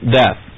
death